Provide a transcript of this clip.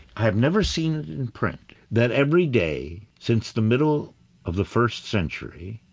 have never seen it in print that every day since the middle of the first century,